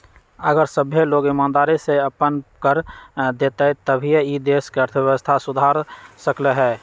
अगर सभ्भे लोग ईमानदारी से अप्पन कर देतई तभीए ई देश के अर्थव्यवस्था सुधर सकलई ह